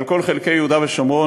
על כל חלקי יהודה ושומרון,